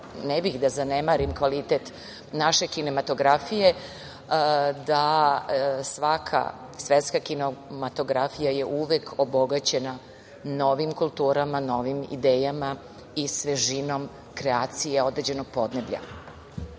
ne bih da zanemarim kvalitet naše kinematografije da svaka svetska kinematografija je uvek obogaćena novim kulturama, novim idejama i svežinom kreacije određenog podneblja. Izuzetno